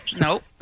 Nope